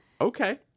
Okay